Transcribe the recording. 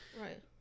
Right